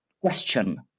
question